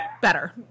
Better